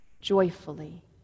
joyfully